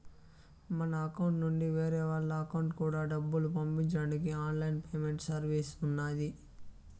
మన అకౌంట్ నుండి వేరే వాళ్ళ అకౌంట్ కూడా డబ్బులు పంపించడానికి ఆన్ లైన్ పేమెంట్ సర్వీసెస్ ఉన్నాయి